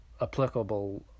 applicable